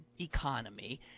economy